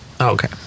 Okay